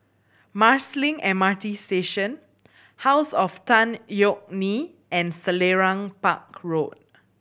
Marsiling M R T Station House of Tan Yeok Nee and Selarang Park Road